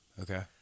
Okay